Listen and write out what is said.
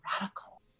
radical